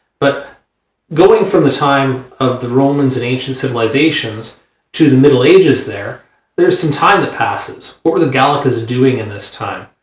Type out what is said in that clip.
but going from the time of the romans and ancient civilizations to the middle ages, there's some time that passes. what are the gallicas is doing in this time?